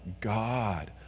God